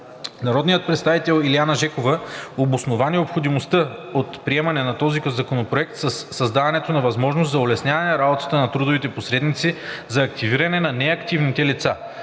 Народният представител Илиана Жекова обоснова необходимостта от приемането на този законопроект със създаването на възможност за улесняване работата на трудовите посредници за активиране на неактивните лица.